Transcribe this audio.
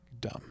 dumb